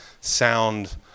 sound